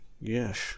Yes